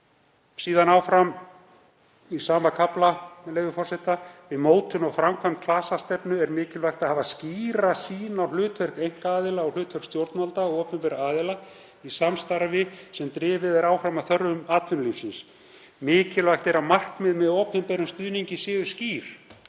segir áfram í sama kafla, með leyfi forseta: „Við mótun og framkvæmd klasastefnu er mikilvægt að hafa skýra sýn á hlutverk einkaaðila og hlutverk stjórnvalda og opinberra aðila í samstarfi sem drifið er áfram af þörfum atvinnulífsins. Mikilvægt er að markmið með opinberum stuðningi séu skýr.“